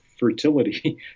fertility